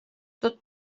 tot